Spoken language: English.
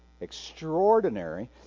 extraordinary